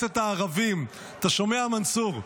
הערבים, אתה שומע, מנסור?